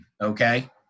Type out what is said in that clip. Okay